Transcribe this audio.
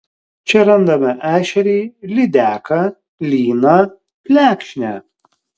čia randame ešerį lydeką lyną plekšnę